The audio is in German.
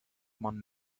man